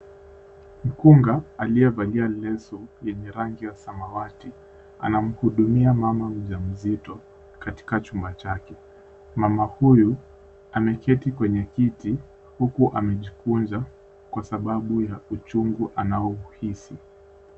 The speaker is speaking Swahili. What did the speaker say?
Mkunga aliyevalia leso lenye rangi ya samawati anamhudumia mama mjamzito katika chumba chake. Mama huyu ameketi kwenye kiti huku amejikwiza kwa sababu ya uchungu anao uhisi.